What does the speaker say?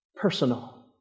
Personal